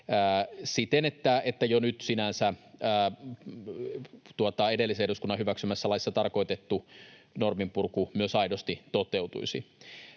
siten, että jo nyt sinänsä edellisen eduskunnan hyväksymässä laissa tarkoitettu norminpurku myös aidosti toteutuisi.